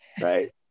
right